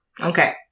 Okay